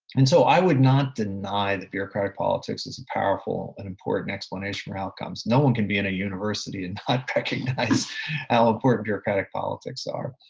and so i would not deny that bureaucratic politics is a powerful and important explanation for outcomes. no one can be in a university and not um recognize how important bureaucratic politics are.